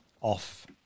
off